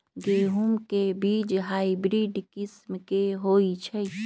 गेंहू के बीज हाइब्रिड किस्म के होई छई?